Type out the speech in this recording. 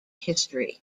history